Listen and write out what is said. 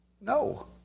No